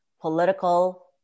political